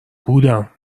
بودم